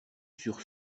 sur